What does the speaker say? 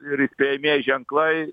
ir įspėjamieji ženklai